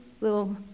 little